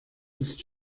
ist